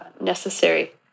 necessary